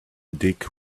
dig